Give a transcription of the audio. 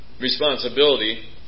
responsibility